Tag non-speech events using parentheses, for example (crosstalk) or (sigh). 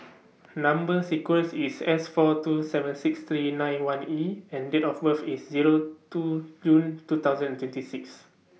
(noise) Number sequence IS S four two seven six three nine one E and Date of birth IS Zero two June two thousand and twenty six